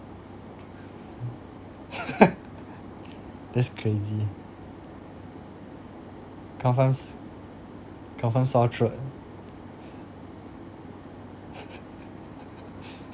that's crazy confirm s~ confirm sore throat